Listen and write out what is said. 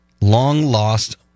long-lost